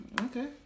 Okay